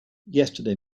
yesterday